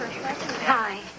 Hi